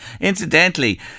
Incidentally